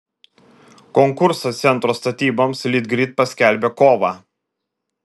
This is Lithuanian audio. konkursą centro statyboms litgrid paskelbė kovą